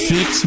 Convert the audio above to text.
Fix